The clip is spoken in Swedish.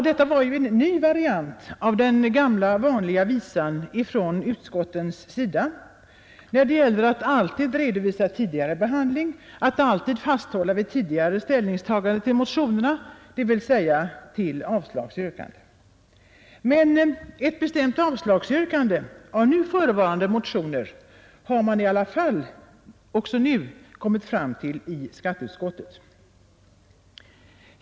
Det var ju en ny variant av den gamla vanliga visan från utskottens sida, när det gäller att redovisa tidigare behandling och att alltid fasthålla vid tidigare ställningstagande till motionerna, dvs. avslagsyrkande. Men ett bestämt avslagsyrkande på nu förevarande motioner har man i alla fall också nu kommit fram till i skatteutskottet.